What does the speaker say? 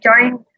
joined